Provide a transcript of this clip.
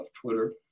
Twitter